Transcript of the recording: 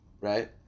right